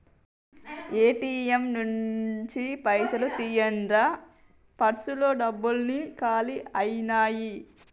ATM నుంచి పైసలు తీయండ్రా పర్సులో డబ్బులన్నీ కాలి అయ్యినాయి